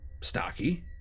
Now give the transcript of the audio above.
stocky